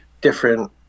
different